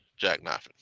jackknifing